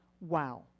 Wow